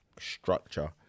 structure